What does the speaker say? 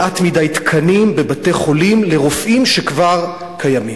מעט מדי תקנים בבתי-חולים לרופאים שכבר קיימים.